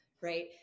Right